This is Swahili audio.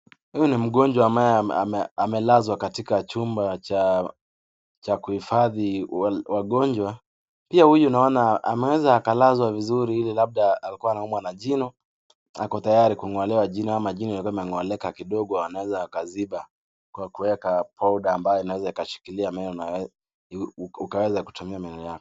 Huyu ni mgonjwa ambaye amelazwa katika chumba cha kuhifadhi wagonjwa. Pia huyu unaona, ameweza akalazwa vizuri ili labda alikuwa anaumwa na jino. Ako tayari kung'olewa jino ama jino lilikuwa limeng'oka kidogo, wanaweza wakaziba kwa kuweka powder ambayo inaweza ikashikilia meno na ukaweza kutumia meno.